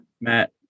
Matt